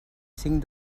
cinc